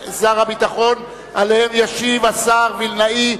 שעליהן ישיב השר וילנאי,